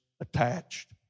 attached